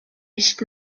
ist